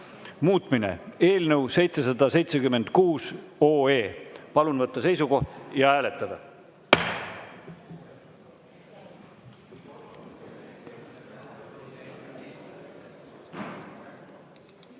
muutmine" eelnõu 776. Palun võtta seisukoht ja hääletada!